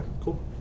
cool